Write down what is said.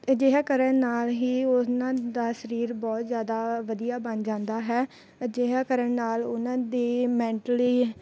ਅਜਿਹਾ ਕਰਨ ਨਾਲ ਹੀ ਉਹਨਾਂ ਦਾ ਸਰੀਰ ਬਹੁਤ ਜ਼ਿਆਦਾ ਵਧੀਆ ਬਣ ਜਾਂਦਾ ਹੈ ਅਜਿਹਾ ਕਰਨ ਨਾਲ ਉਹਨਾਂ ਦੇ ਮੈਂਟਲੀ